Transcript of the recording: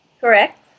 Correct